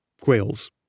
Quails